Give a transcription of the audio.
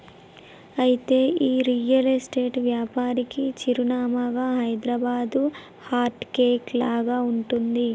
అయితే ఈ real estate వ్యాపారానికి చిరునామాగా హైదరాబాదు హార్ట్ కేక్ లాగా ఉంటుంది